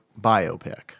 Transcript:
biopic